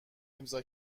امضا